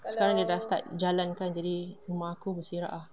sekarang dia dah start jalan kan jadi rumah aku berselerak ah